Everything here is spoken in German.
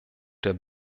der